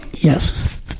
yes